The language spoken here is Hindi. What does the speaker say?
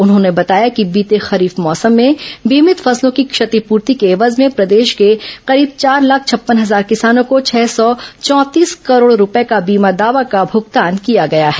उन्होंने बताया कि बीते खरीफ मौसम में बीमित फसलों की क्षतिपूर्ति के एवज में प्रदेश के करीब चार लाख छप्पन हजार किसानों को छह सौ चौंतीस करोड़ रूपये का बीमा दावा का भूगतान किया गया है